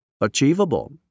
Achievable